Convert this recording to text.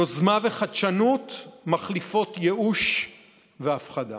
יוזמה וחדשנות מחליפות ייאוש והפחדה.